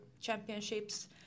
championships